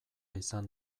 izan